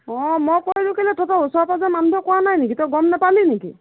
অঁ মই কৰিলোঁ কেলৈ তহঁতৰ ওচৰ পাঁজৰৰ মানুহবোৰে কোৱা নাই নেকি তই গম নাপালি নেকি